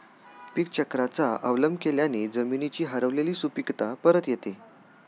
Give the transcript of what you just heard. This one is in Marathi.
पीकचक्राचा अवलंब केल्याने जमिनीची हरवलेली सुपीकता परत येते